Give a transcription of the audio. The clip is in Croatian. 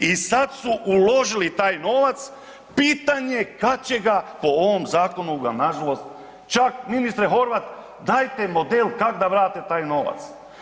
I sad su uložili taj novac, pitanje kad će ga po ovom zakonu ga nažalost čak ministre Horvat dajte model kak da vrate taj novac.